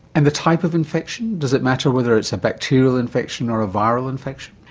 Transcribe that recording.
and the type of infection does it matter whether it's a bacterial infection or a viral infection?